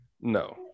No